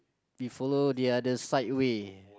we follow the others' right way